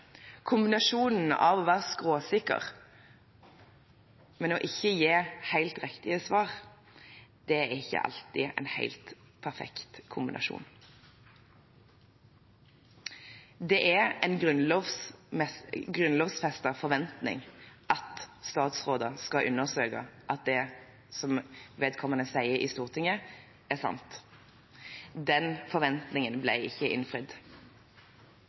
Kombinasjonen av å være skråsikker og ikke å gi helt riktige svar, er ikke alltid en helt perfekt kombinasjon. Det er en grunnlovfestet forventning at statsråder skal undersøke om det som vedkommende sier i Stortinget, er sant. Den forventningen ble ikke innfridd.